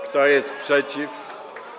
Kto jest przeciw?